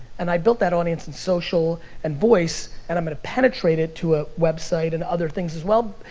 and i built that audience in social and voice, and i'm gonna penetrate it to a website and other things as well.